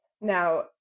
Now